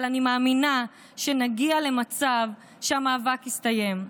אבל אני מאמינה שנגיע למצב שהמאבק יסתיים,